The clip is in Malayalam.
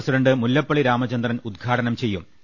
സി പ്രസിഡണ്ട് മുല്ലപ്പളളി രാമചന്ദ്രൻ ഉദ്ഘാ ടനം ചെയ്യും